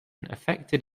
affected